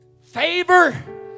Favor